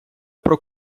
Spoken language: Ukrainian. про